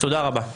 תודה רבה.